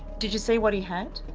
did you see what he had?